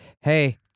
hey